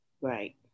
Right